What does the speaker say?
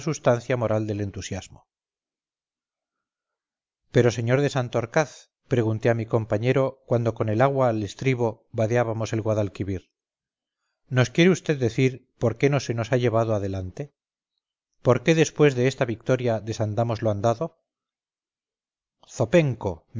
sustancia moral del entusiasmo pero sr de santorcaz pregunté a mi compañero cuando con el agua al estribo vadeábamos el guadalquivir nos quiere vd decir por qué no se nos ha llevado adelante por qué después de esta victoria desandamos lo andado zopenco